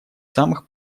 самых